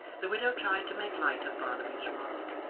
the widow tried to make light of barnaby's remark,